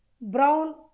Brown